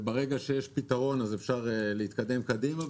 וברגע שיש פתרון אפשר להתקדם קדימה,